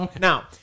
Now